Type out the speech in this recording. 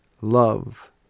love